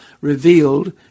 revealed